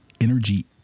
Energy